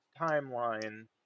timeline